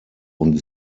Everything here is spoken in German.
und